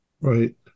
Right